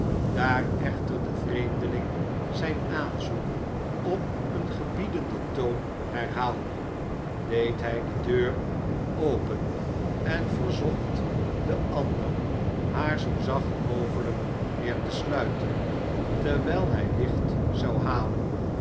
daar echter de vreemdeling zijn aanzoek op een gebiedenden toon herhaalde deed hij de deur open en verzocht den ander haar zoo zacht mogelijk weer te sluiten terwijl hij licht zou halen